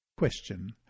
Question